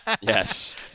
Yes